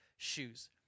shoes